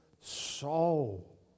soul